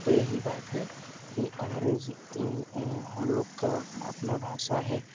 तो यही बात है कि अंग्रेजी हम लोग का अपना भाषा है